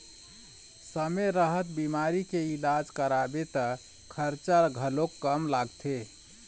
समे रहत बिमारी के इलाज कराबे त खरचा घलोक कम लागथे